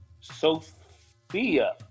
Sophia